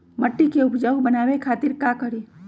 मिट्टी के उपजाऊ बनावे खातिर का करी?